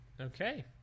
Okay